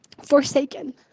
Forsaken